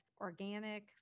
organic